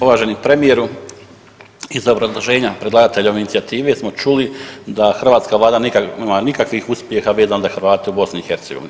Uvaženi premijeru iz obrazloženja predlagateljove inicijative smo čuli da hrvatska vlada nema nikakvih uspjeha vezano za Hrvate u BiH.